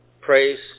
praise